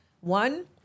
One